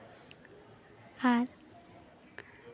ᱟᱨ